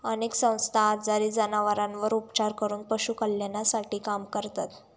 अनेक संस्था आजारी जनावरांवर उपचार करून पशु कल्याणासाठी काम करतात